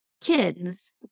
Kids